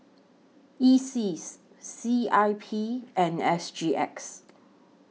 ISEAS C I P and S G X